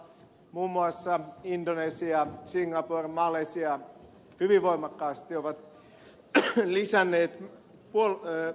muun muassa indonesia singapore ja malesia ovat hyvin voimakkaasti lisänneet sotamenojaan